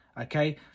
okay